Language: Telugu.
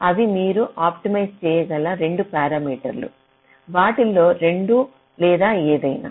ఇవి మీరు ఆప్టిమైజ్ చేయగల 2 పారామీటర్లు వాటిలో రెండూ లేదా ఏదైనా